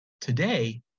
Today